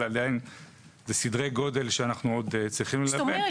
אבל אלה סדרי גודל שאנחנו עוד צריכים ללבן.